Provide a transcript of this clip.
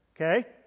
okay